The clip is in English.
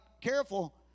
careful